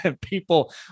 people